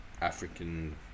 African